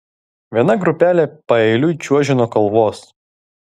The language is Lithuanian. viena grupelė paeiliui čiuožė nuo kalvos